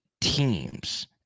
teams